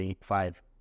five